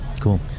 Cool